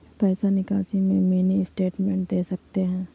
पैसा निकासी में मिनी स्टेटमेंट दे सकते हैं?